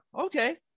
Okay